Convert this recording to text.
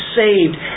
saved